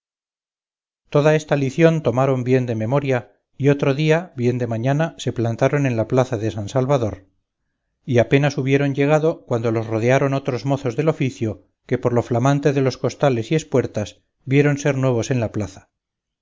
toda esta lición tomaron bien de memoria y otro día bien de mañana se plantaron en la plaza de san salvador y apenas hubieron llegado cuando los rodearon otros mozos del oficio que por lo flamante de los costales y espuertas vieron ser nuevos en la plaza